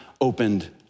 opened